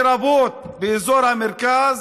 לרבות באזור המרכז,